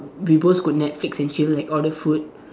we both got netflix and chill like order food